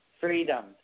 freedom